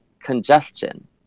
congestion